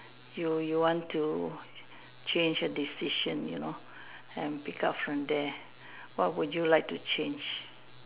you you want to change a decision you know and pick up from there what would you like to change